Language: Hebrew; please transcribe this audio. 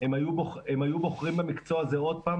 הם היו בוחרים במקצוע הזה עוד פעם